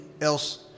else